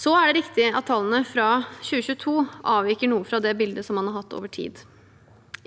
Så er det riktig at tallene fra 2022 avviker noe fra det bildet som man har hatt over tid.